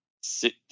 sit